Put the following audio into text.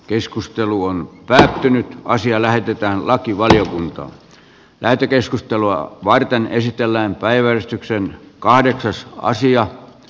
keskustelu on pysähtynyt asia lähetetään lakivaliokuntaan lähetekeskustelua varten esitellään kiitoksia annetuista kannatuksista